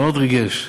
מאוד ריגש.